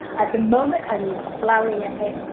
at the moment, i'm plowing ahead,